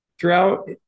Throughout